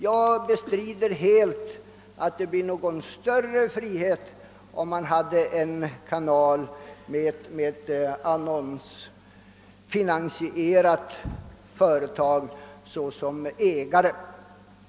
Jag bestrider bestämt att det blir någon större frihet om man har en kanal med ett annonsfinansierat företag som ägare.